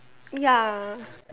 ya